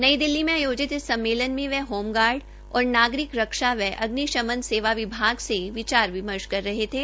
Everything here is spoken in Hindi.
नई दिल्ली में आयोजित इस सम्मेलन में वह होम गार्ड और नागरिक रक्षा व अग्निशमन सेवाएं विभाग से विचार विमर्श कर रहे थे